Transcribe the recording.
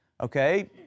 Okay